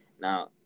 Now